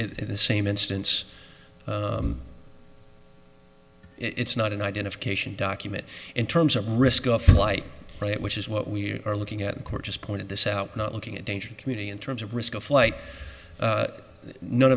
it the same instance it's not an identification document in terms of risk of flight right which is what we are looking at in court just pointed this out not looking at danger community in terms of risk of flight none